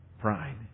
pride